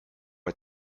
est